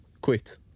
quit